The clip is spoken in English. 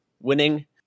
winning